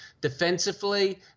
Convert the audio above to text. defensively